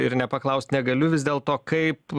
ir nepaklaust negaliu vis dėlto kaip